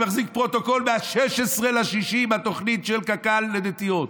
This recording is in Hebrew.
אני מחזיק פרוטוקול מ-16 ביוני עם התוכנית של קק"ל לנטיעות.